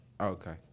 Okay